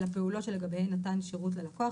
לפעולות שלגביהן נתן שירות ללקוח,